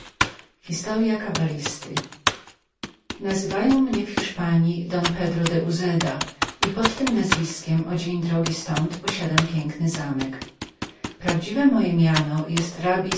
w te słowa nazywają mnie w hiszpanji don pedro de uzeda i pod tem nazwiskiem o milę z tąd posiadam piękny zamek prawdziwe moje miano jest rabi